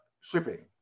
shipping